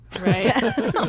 Right